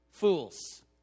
fools